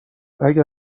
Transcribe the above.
اگر